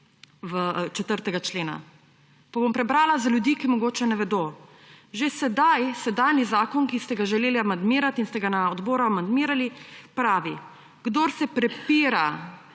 se pravi 4. člena. Pa bom prebrala za ljudi, ki mogoče ne vedo, da že sedaj sedanji zakon, ki ste ga želeli amandmirati in ste ga na odboru amandmirali, pravi, »kdor se prepira,